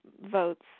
votes